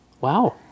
Wow